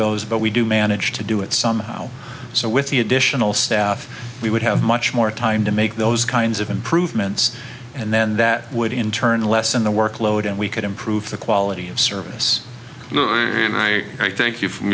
those but we do manage to do it somehow so with the additional staff we would have much more time to make those kinds of improvements and then that would in turn lessen the workload and we could improve the quality of service and i thank you f